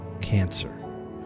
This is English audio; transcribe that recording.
cancer